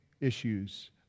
issues